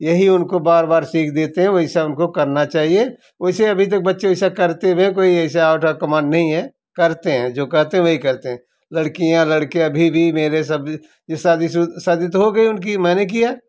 यही उनको बार बार सीख देते हैं वैसा उनको करना चाहिए वैसे अभी तक बच्चे वैसा करते हुए कोई ऐसा ऑर्डर कमांड नहीं है करते हैं जो कहते हैं वही करते हैं लड़कियाँ लड़के अभी भी मेरे सब ये शादी सुद शादी तो हो गई उनकी मैंने किया